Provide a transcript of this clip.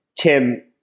Tim